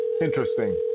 interesting